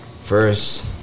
first